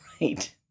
Right